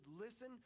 listen